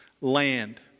Land